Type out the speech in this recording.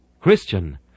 Christian